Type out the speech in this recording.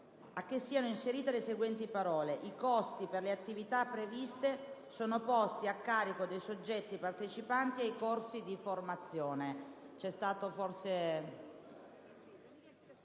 a che siano inserite le seguenti parole: «I costi per le attività previste sono posti a carico dei soggetti partecipanti ai corsi di formazione».